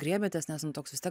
griebėtės nes nu toks vis tiek